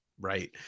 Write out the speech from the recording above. right